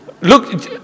Look